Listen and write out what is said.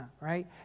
right